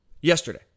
yesterday